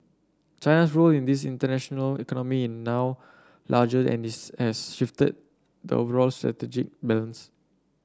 China's role in this international economy in now larger and this has shifted the overall strategic balance